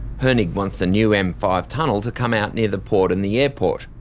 hoenig wants the new m five tunnel to come out near the port and the airport.